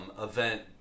event